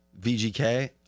VGK